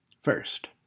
First